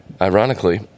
ironically